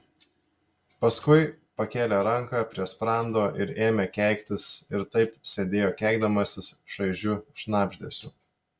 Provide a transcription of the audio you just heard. paskui pakėlė ranką prie sprando ir ėmė keiktis ir taip sėdėjo keikdamasis šaižiu šnabždesiu